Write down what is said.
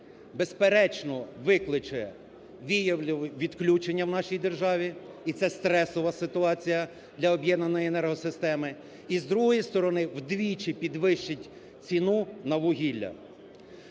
безперечно, викличе віялові відключення в нашій державі, і це стресова ситуація для об'єднаної енергосистеми. І з другої сторони, вдвічі підвищить ціну на вугілля.